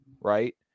right